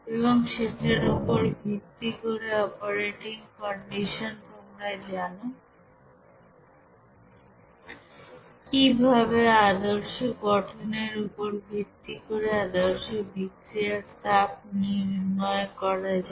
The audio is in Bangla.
এবং সেটার ওপর ভিত্তি করে অপারেটিং কন্ডিশন তোমরা জানো কিভাবে আদর্শ গঠনের উপর ভিত্তি করে আদর্শ বিক্রিয়ার তাপ নির্ণয় করা যায়